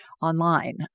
online